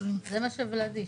זה מה שוולדי שאל.